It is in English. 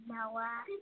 Noah